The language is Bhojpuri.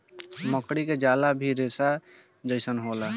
मकड़ी के जाला भी रेसा जइसन होला